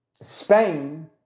Spain